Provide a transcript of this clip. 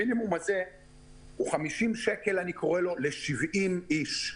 המינימום הזה הוא 50 שקלים ל-70 איש.